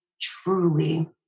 truly